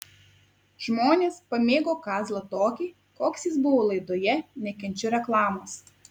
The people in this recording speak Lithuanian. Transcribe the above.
žmonės pamėgo kazlą tokį koks jis buvo laidoje nekenčiu reklamos